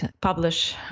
publish